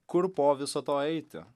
kur po viso to eiti